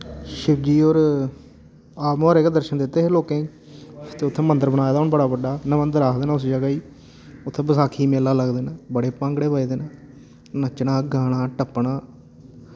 शिवजी होर आपमुहारे गै दर्शन दित्ते हे लोकें गी ते उत्थै मंदर बनाए दा हून बड़ा बड्डा नामंदर आखदे न उस जगह ही उत्थै बसाखी गी मेला लगदे न बड़े भांगड़े बजदे न नच्चना गाना टप्पना